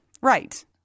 Right